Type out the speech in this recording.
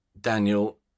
Daniel